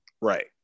Right